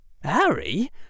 Harry